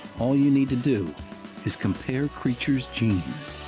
all you need to do is compare creatures' genes.